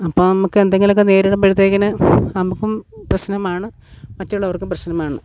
അപ്പം നമുക്ക് എന്തെങ്കിലും ഒക്കെ നേരിടുമ്പോഴത്തേക്കിന് നമുക്കും പ്രശ്നമാണ് മറ്റുള്ളവർക്കും പ്രശ്നമാണ്